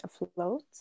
afloat